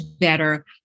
better